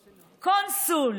קונסול,